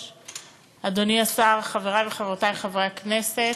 אדוני השר, חברי וחברותי חברי הכנסת,